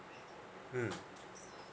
mm